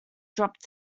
dropped